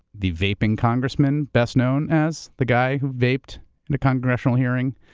the vaping congressman, best known as the guy who vaped in a congressional hearing,